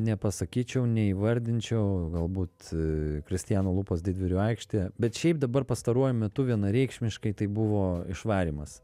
nepasakyčiau neįvardinčiau galbūt kristiano lupos didvyrių aikštė bet šiaip dabar pastaruoju metu vienareikšmiškai tai buvo išvarymas